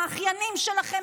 האחיינים שלכם,